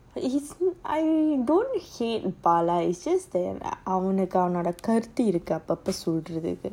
but he's I don't hate is just that அவனுக்குஅவனோடகருத்துஇருக்குஅப்பப்ப:avanuku avanoda karuthu iruku appapa